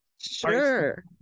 Sure